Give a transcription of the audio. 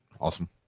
Awesome